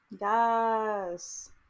Yes